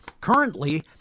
Currently